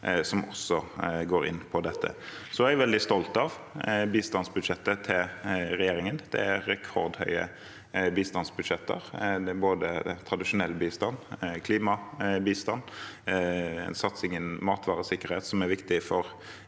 som også går inn for dette. Jeg er veldig stolt av bistandsbudsjettet til regjeringen. Det er rekordhøye bistandsbudsjetter. Både tradisjonell bistand, klimabistand og satsingen på matvaresikkerhet er viktig for